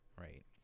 right